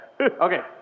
Okay